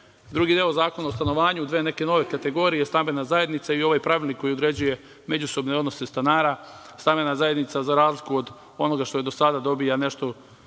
deo Zakona o stanovanju, dve neke nove kategorije – stambena zajednica i ovaj pravilnik koji određuje međusobne odnose stanara. Stambena zajednica, za razliku od onoga što je do sada, dobija nešto